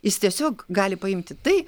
jis tiesiog gali paimti tai